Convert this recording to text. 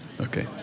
okay